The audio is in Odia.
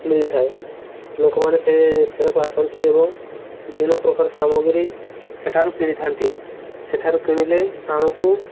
ମିଳିଥାଏ ଲୋକମାନେ ସେ ସେଠାକୁ ଆସନ୍ତି ଏବଂ ବିଭିନ୍ନ ପ୍ରକାର ସାମଗ୍ରୀ ସେଠାରୁ କିଣିଥାନ୍ତି ସେଠାରୁ କିଣିଲେ ଆମକୁ